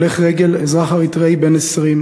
הולך רגל, אזרח אריתריאי בן 20,